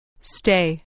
Stay